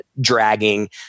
dragging